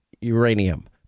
uranium